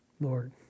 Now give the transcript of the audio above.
Lord